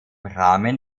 rahmen